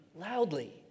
loudly